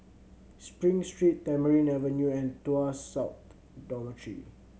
Spring Street Tamarind Avenue and Tuas South Dormitory